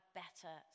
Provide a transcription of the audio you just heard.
better